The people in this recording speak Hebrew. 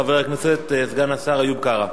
חבר הכנסת סגן השר איוב קרא.